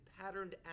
patterned